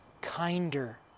kinder